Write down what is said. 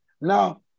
Now